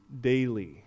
daily